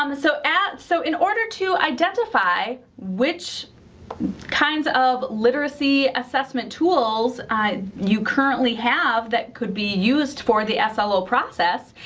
um and so so in order to identify which kinds of literacy assessment tools you currently have that could be used for the slo process,